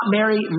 Mary